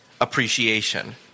appreciation